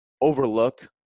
overlook